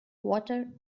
water